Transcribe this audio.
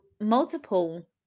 multiple